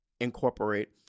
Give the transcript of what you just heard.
incorporate